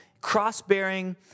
cross-bearing